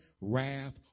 wrath